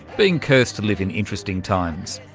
being cursed to live in interesting times.